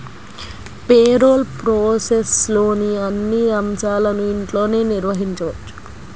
payroll ప్రాసెస్లోని అన్ని అంశాలను ఇంట్లోనే నిర్వహించవచ్చు